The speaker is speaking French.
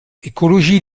écologie